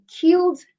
killed